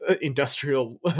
industrial